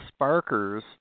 sparkers